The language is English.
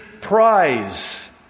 prize